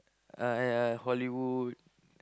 uh ya Hollywood